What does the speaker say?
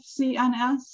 CNS